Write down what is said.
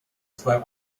zwei